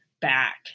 back